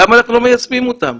למה אנחנו לא מיישמים אותם?